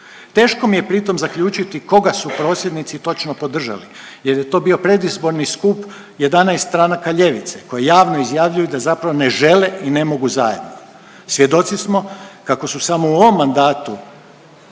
Teško mi je pritom zaključiti koga su prosvjednici točno podržali, jer je to bio predizborni skup 11 stranaka ljevice koji javno izjavljuju da zapravo ne žele i ne mogu zajedno. Svjedoci smo kako su samo u ovom mandatu